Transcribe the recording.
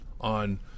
on